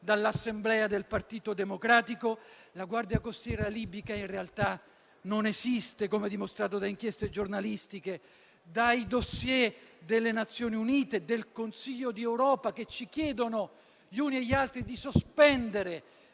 dall'assemblea del Partito Democratico, la Guardia costiera libica in realtà non esiste, come dimostrato da inchieste giornalistiche, dai *dossier* delle Nazioni Unite e del Consiglio di Europa, che ci chiedono entrambi di sospendere